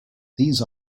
these